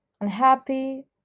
unhappy